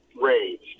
raised